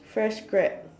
fresh grad